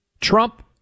Trump